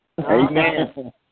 Amen